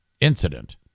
incident